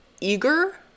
eager